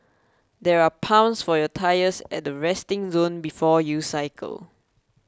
there are pumps for your tyres at the resting zone before you cycle